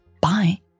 Bye